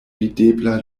videbla